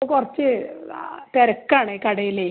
ഇപ്പം കുറച്ച് തിരക്കാണേ കടയിലേ